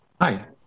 Hi